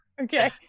okay